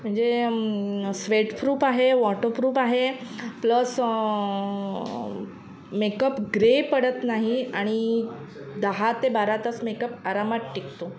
म्हणजे स्वेटप्रूफ आहे वॉटरप्रूफ आहे प्लस मेकअप ग्रे पडत नाही आणि दहा ते बारा तास मेकअप आरामात टिकतो